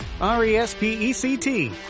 R-E-S-P-E-C-T